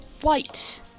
white